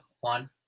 one